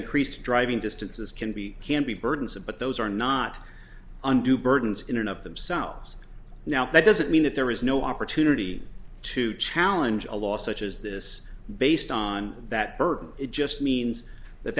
increased driving distances can be can be burdensome but those are not undue burdens in and of themselves now that doesn't mean that there is no opportunity to challenge a law such as this based on that burden it just means that